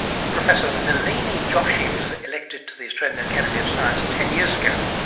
professor nalini joshi was elected to the australian academy of science ten years ago.